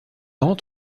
rend